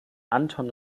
anton